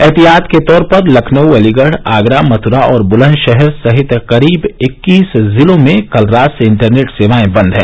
एहतियात के तौर पर लखनऊ अलीगढ़ आगरा मथ्रा और बुलंदशहर सहित करीब इक्कीस जिलों में कल रात से इंटरनेट सेवाएं बंद हैं